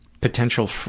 potential